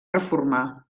reformar